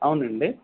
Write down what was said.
అవునండి